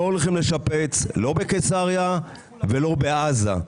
לא הולכים לשפץ לא בקיסריה ולא בעזה,